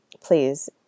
please